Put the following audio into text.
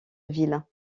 ville